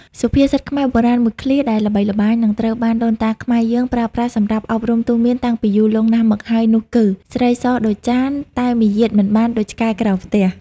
សុភាសិតខ្មែរបុរាណមួយឃ្លាដែលល្បីល្បាញ និងត្រូវបានដូនតាខ្មែរយើងប្រើប្រាស់សម្រាប់អប់រំទូន្មានតាំងពីយូរលង់ណាស់មកហើយនោះគឺ "ស្រីសដូចចាន តែមាយាទមិនបានដូចឆ្កែក្រោមផ្ទះ"។